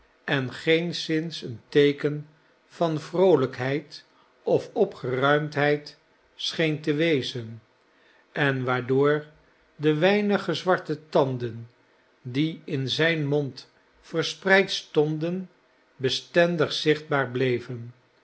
en geenszins een teeken van vroolijkheid of opgeruimdheid scheen te wezen en waardoor de weinige zwarte tanden die in zijn mond verspreid stonden bestendig zichtbaar bleven